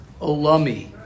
olami